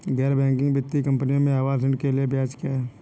गैर बैंकिंग वित्तीय कंपनियों में आवास ऋण के लिए ब्याज क्या है?